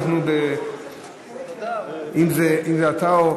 אם זה אתה,